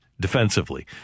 Defensively